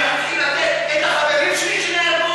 אני אתחיל לתת את שמות החברים שלי שנהרגו,